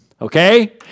okay